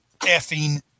effing